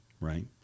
right